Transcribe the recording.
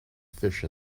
fish